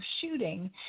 shooting